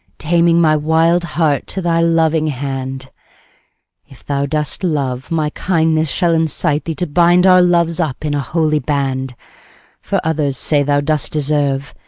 taming my wild heart to thy loving hand if thou dost love, my kindness shall incite thee to bind our loves up in a holy band for others say thou dost deserve,